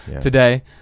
today